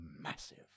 massive